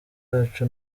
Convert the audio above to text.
yacu